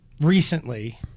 recently